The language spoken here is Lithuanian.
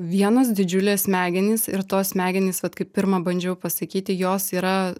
vienos didžiulės smegenys ir tos smegenys vat kai pirma bandžiau pasakyti jos yra